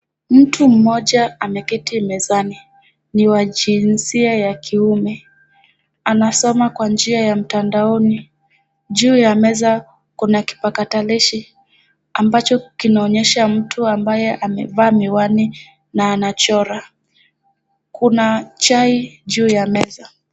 Mtu moja ameketi mezani, ni wa jinsia ya kiume. Anasoma kwa njia ya mtandaoni juu ya meza kuna kipatakalishi ambacho kinaonyesha mtu ambaye amevaa miwani na anachora. Kuna chai juu ya meza.